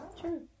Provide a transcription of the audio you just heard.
True